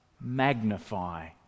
magnify